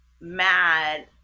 mad